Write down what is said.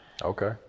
Okay